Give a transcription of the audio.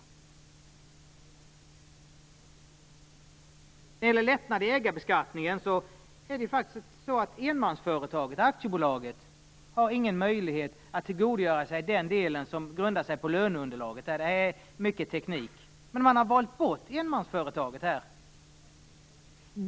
När det gäller lättnader i ägarbeskattningen har de aktiebolag som är enmansföretag inte någon möjlighet att tillgodogöra sig den del som grundar sig på löneunderlaget. Det är fråga om mycket teknik. Men i detta förslag har man valt bort enmansföretagen.